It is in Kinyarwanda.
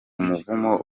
umuvumo